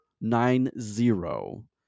nine-zero